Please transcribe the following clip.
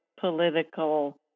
political